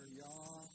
y'all